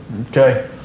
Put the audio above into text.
Okay